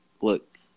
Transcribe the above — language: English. Look